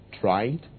tried